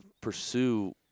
pursue